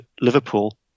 Liverpool